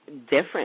different